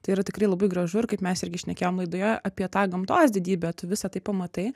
tai yra tikrai labai gražu ir kaip mes irgi šnekėjom laidoje apie tą gamtos didybę tu visa tai pamatai